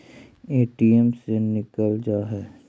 ATM से निकल जा है?